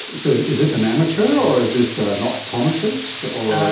so is this an amateur or is this ah an optometrist or ah